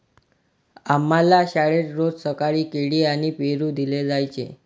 आम्हाला शाळेत रोज सकाळी केळी आणि पेरू दिले जायचे